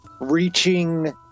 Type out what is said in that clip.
reaching